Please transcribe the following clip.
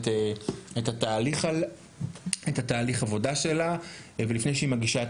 את תהליך העבודה שלה ולפני שהיא מגישה את